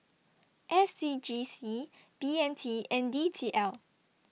S C G C B M T and D T L